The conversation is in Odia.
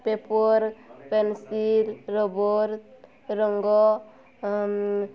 ପେପର୍ ପେନସିଲ୍ ରବର ରଙ୍ଗ